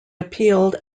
appealed